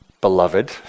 beloved